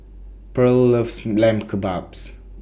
Purl loves Lamb Kebabs